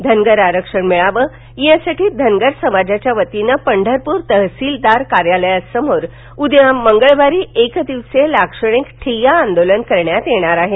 धनगर आरक्षण मिळावं यासाठी धनगर समाजाच्या वतीनं पंढरपूर तहसीलदार कार्यालयासमोर उद्या मंगळवारी एक दिवसीय लाक्षणिक ठिय्या आंदोलन करण्यात येणार आहे